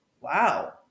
Wow